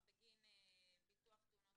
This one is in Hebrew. בוודאי שבדקנו.